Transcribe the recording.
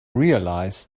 realize